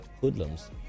hoodlums